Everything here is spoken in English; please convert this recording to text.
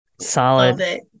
Solid